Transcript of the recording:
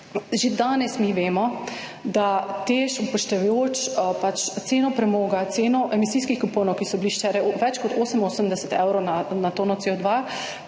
Že danes mi vemo, da TEŠ, upoštevajoč pač ceno premoga, ceno emisijskih kuponov, ki so bili včeraj v več kot 88 evrov na tono Co2,